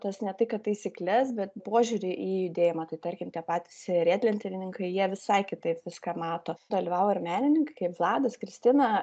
tas ne tai kad taisykles bet požiūrį į judėjimą tai tarkim patys riedlentininkai jie visai kitaip viską mato dalyvavo ir menininkai kaip vladas kristina